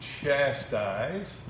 chastise